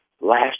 Last